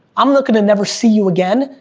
i'm looking to never see you again,